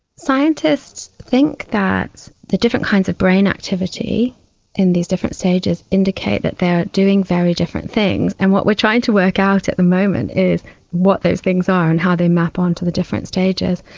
scientists think that the different kinds of brain activity in these different stages indicate that they are doing very different things, and what we are trying to work out at the moment is what those things are and how they map onto the different stages.